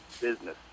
business